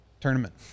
tournament